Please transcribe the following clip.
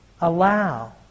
allow